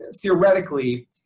theoretically